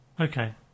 Okay